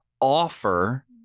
offer